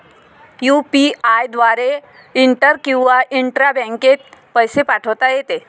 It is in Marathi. यु.पी.आय द्वारे इंटर किंवा इंट्रा बँकेत पैसे पाठवता येते